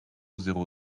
zéro